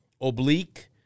oblique